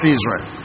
Israel